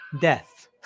death